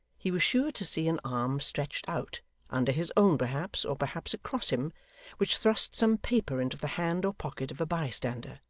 he was sure to see an arm stretched out under his own perhaps, or perhaps across him which thrust some paper into the hand or pocket of a bystander,